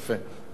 יפה.